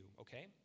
okay